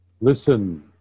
listen